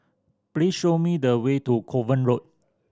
please show me the way to Kovan Road